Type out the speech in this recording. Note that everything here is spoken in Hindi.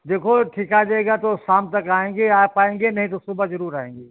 देखो ठीक आ जाएगा तो शाम तक आएंगे आ पाएंगे नहीं तो सुबह जरुर आएंगे